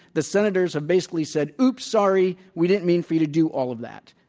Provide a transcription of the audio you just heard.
the senators have basically said, oops, sorry, we didn't mean for you to do all of that.